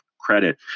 credit